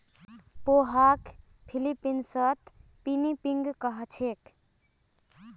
पोहाक फ़िलीपीन्सत पिनीपिग कह छेक